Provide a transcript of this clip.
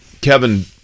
Kevin